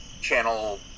channel